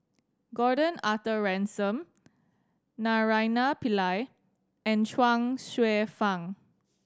Gordon Arthur Ransome Naraina Pillai and Chuang Hsueh Fang